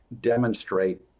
demonstrate